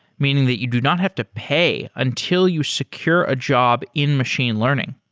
meaning that you do not have to pay until you secure a job in machine learning.